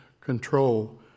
control